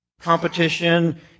competition